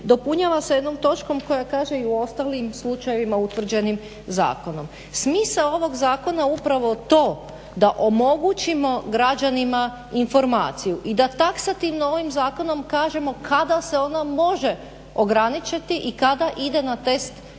dopunjava se jednom točkom koja kaže i u ostalim slučajevima utvrđenim zakonom. Smisao ovog zakona je upravo to da omogućimo građanima informaciju i da taksativno ovim zakonom kažemo kada se ono može ograničiti i kada ide na test javnog